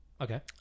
Okay